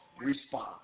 respond